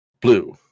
Blue